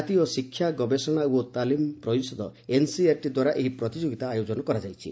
ଜାତୀୟ ଶିକ୍ଷା ଗବେଷଣା ଓ ତାଲିମ ପରିଷଦ ଏନ୍ସିଇଆର୍ଟିଦ୍ୱାରା ଏହି ପ୍ରତିଯୋଗିତା ଆୟୋଜନ କରାଯାଇଛି